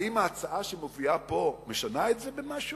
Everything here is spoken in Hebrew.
האם ההצעה שמופיעה פה משנה את זה במשהו?